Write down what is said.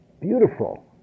beautiful